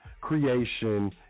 creation